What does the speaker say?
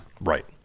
Right